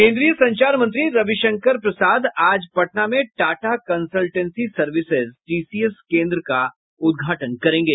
केंद्रीय संचार मंत्री रविशंकर प्रसाद आज पटना में टाटा कंसलटेंसी सर्विसेज टीसीएस केंद्र का उद्घाटन करेंगे